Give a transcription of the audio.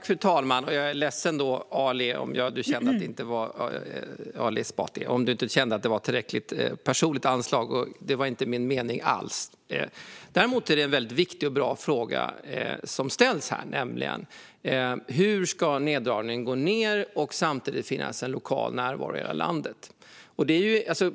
Fru talman! Jag är ledsen, Ali Esbati, om du kände att det inte var ett tillräckligt personligt anslag. Det var inte min mening alls. Däremot är det en viktig och bra fråga som du ställer, nämligen hur neddragningen ska gå till om det samtidigt ska finnas lokal närvaro i hela landet.